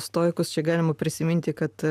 stoikus čia galima prisiminti kad